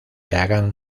hagan